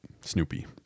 Snoopy